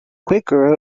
quaker